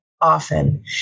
often